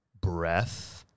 breath